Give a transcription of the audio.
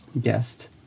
guest